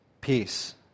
peace